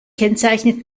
kennzeichnet